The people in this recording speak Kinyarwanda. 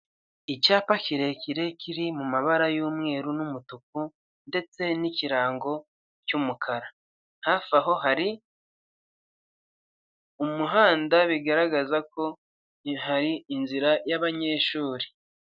Icyapa kirekire kiri mu mabara y'umweru n'umutuku ndetse n'ikirango cy'umukara, hafi aho hari umuhanda bigaragaza ko ntihari inzira y'abanyeshuri.